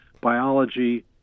biology